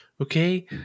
Okay